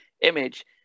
image